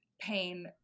pain